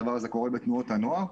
הדבר הזה קורה בתנועות הנוער,